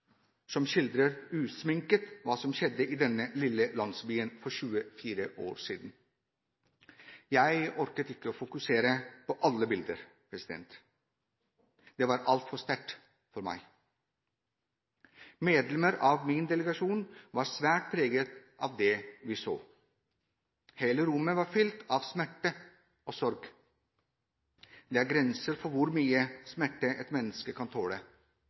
som skildrer usminket hva som skjedde i denne lille landsbyen for 24 år siden. Jeg orket ikke å fokusere på alle bilder. Det var altfor sterkt for meg. Medlemmer av min delegasjon var svært preget av det vi så. Hele rommet var fylt av smerte og sorg. Det er grenser for hvor mye smerte et menneske kan tåle.